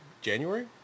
January